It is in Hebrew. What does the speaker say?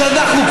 כשאנחנו,